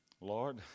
Lord